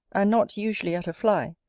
and not usually at a fly,